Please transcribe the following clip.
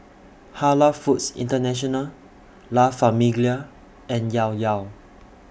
Halal Foods International La Famiglia and Llao Llao